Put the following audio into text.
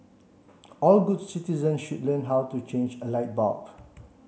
all good citizen should learn how to change a light bulb